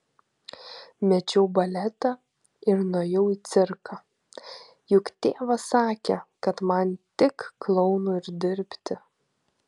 mečiau baletą ir nuėjau į cirką juk tėvas sakė kad man tik klounu ir dirbti